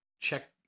check